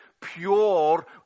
pure